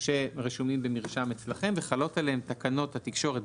שרשומים במרשם אצלכם וחלות עליהם תקנות התקשורת,